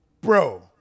Bro